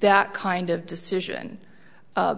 that kind of decision